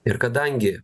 ir kadangi